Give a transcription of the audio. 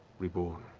reborn.